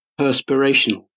perspirational